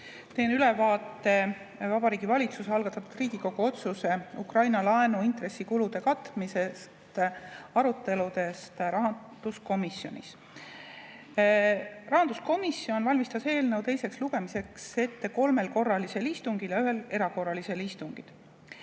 Teen ülevaate Vabariigi Valitsuse algatatud Riigikogu otsuse "Ukraina laenu intressikulude katmine" aruteludest rahanduskomisjonis. Rahanduskomisjon valmistas eelnõu teiseks lugemiseks ette kolmel korralisel istungil ja ühel erakorralisel istungil.